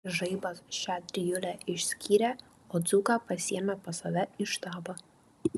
žaibas šią trijulę išskyrė o dzūką pasiėmė pas save į štabą